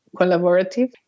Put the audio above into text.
collaborative